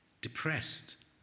depressed